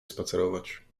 spacerować